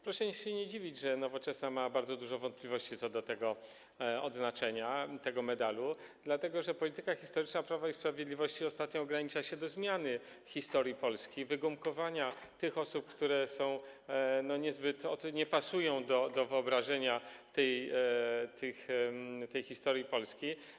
Proszę się nie dziwić, że Nowoczesna ma bardzo dużo wątpliwości co do tego odznaczenia, tego medalu, dlatego że polityka historyczna Prawa i Sprawiedliwości ostatnio ogranicza się do zmiany historii Polski, wygumkowania tych osób, które nie pasują do tego wyobrażenia o historii Polski.